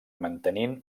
mantenint